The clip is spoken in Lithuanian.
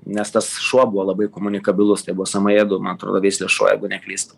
nes tas šuo buvo labai komunikabilus tai buvo samaėdų man atrodo veislės šuo jeigu neklystu